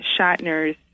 Shatner's